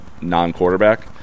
non-quarterback